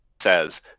says